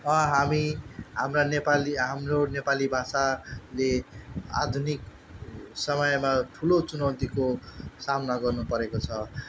हामी हाम्रा नेपाली हाम्रो नेपाली भाषाले आधुनिक समयमा ठुलो चुनौतीको सामना गर्नुपरेको छ